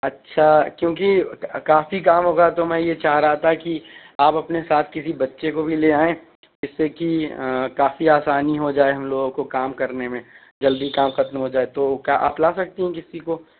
اچھا کیونکہ کافی کام ہوگا تو میں یہ چاہ رہا تھا کہ آپ اپنے ساتھ کسی بچے کو بھی لے آئیں اس سے کہ کافی آسانی ہو جائے ہم لوگوں کو کام کرنے میں جلدی کام ختم ہو جائے تو کیا آپ لا سکتی ہیں کسی کو